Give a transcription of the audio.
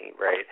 Right